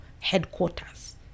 headquarters